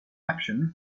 action